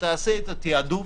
שתעשה את התעדוף.